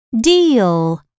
deal